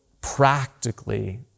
practically